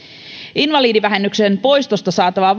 invalidivähennyksen poistosta saatava